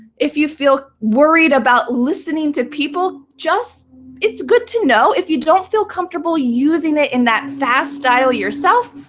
if you feel worried about listening to people, just it's good to know. if you don't feel comfortable using it in that fast style yourself,